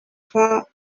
far